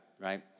right